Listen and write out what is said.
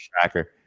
tracker